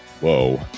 whoa